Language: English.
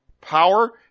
power